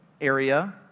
area